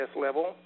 level